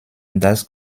dass